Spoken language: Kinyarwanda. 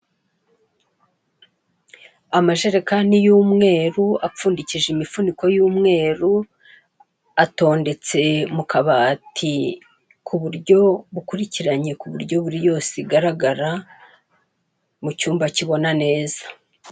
Amajerekani y'umweru apfundikije imifuniko y'umweru, atondetse mu kabati kuburyo bukurikiranye, ku buryo buri yose igaragara mu cyumba kibona neza.